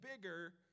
bigger